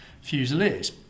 Fusiliers